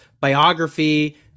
biography